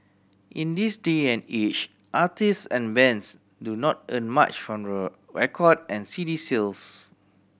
in this day and age artist and bands do not earn much from record and C D sales